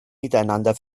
miteinander